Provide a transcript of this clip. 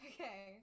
Okay